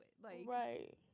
Right